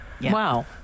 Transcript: Wow